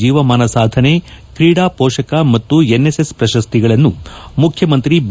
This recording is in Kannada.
ಜೀವಮಾನ ಸಾಧನೆ ಕ್ರೀಡಾ ಶೋಷಕ ಮತ್ತು ಎನ್ ಎಸ್ ಪ್ರಶಸ್ತಿಗಳನ್ನು ಮುಖ್ಯಮಂತ್ರಿ ಬಿ